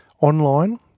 online